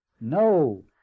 No